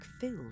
filled